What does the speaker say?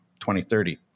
2030